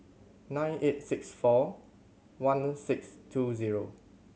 nine eight six four one six two zero